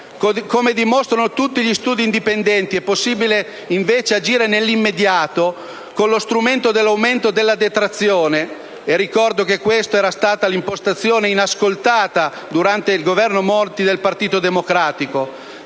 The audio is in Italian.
Come dimostrano tutti gli studi indipendenti, è invece possibile agire nell'immediato con lo strumento dell'aumento delle detrazione, e ricordo che questa era stata l'impostazione inascoltata del Partito democratico